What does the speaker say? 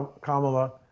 Kamala